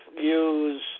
use